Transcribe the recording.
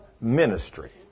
ministry